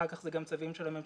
אחר כך זה גם צווים של הממשלה,